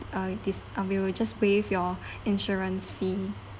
uh this uh we will just waive your insurance fee